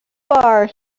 bar